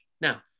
Now